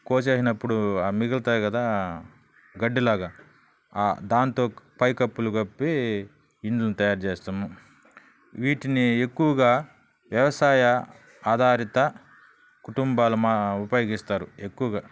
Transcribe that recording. కోసేసినప్పుడు మిగులుతాయి కదా గడ్డిలాగా దాంతో పైకప్పులు కప్పి ఇళ్ళను తయారు చేస్తాము వీటిని ఎక్కువగా వ్యవసాయ ఆధారిత కుటుంబాలు ఉపయోగిస్తారు ఎక్కువగా